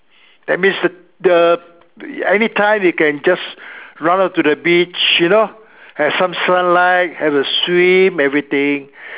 that means the anytime you can just run out to the beach you know have some sunlight have a swim everything